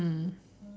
mm